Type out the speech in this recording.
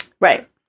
Right